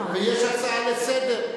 ויש הצעה לסדר,